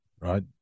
Right